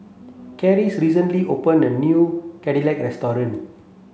Clarice recently opened a new Chigenabe restaurant